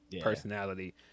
personality